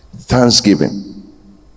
thanksgiving